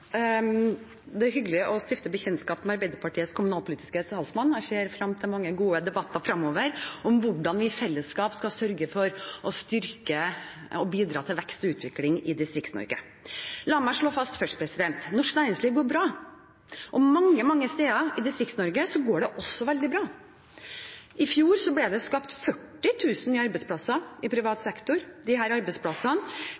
Det er hyggelig å stifte bekjentskap med Arbeiderpartiets kommunalpolitiske talsmann. Jeg ser frem til mange gode debatter fremover om hvordan vi i fellesskap skal sørge for å styrke og bidra til vekst og utvikling i Distrikts-Norge. La meg først slå fast at norsk næringsliv går bra, og mange, mange steder i Distrikts-Norge går det også veldig bra. I fjor ble det skapt 40 000 nye arbeidsplasser i